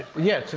yeah,